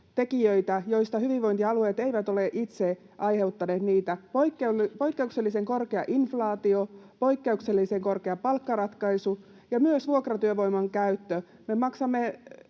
tekijöitä, joita hyvinvointialueet eivät ole itse aiheuttaneet: poikkeuksellisen korkea inflaatio, poikkeuksellisen korkea palkkaratkaisu ja myös vuokratyövoiman käyttö.